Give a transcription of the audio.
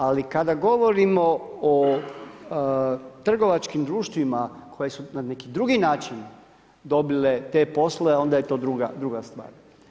Ali kada govorimo o trgovačkim društvima koje su na neki drugi način dobile te poslove, onda je to druga stvar.